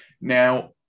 Now